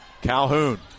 Calhoun